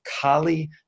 Kali